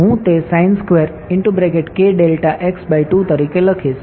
હું તે તરીકે લખીશ